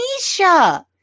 Nisha